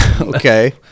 Okay